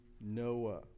Noah